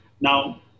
Now